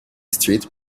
street